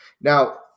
Now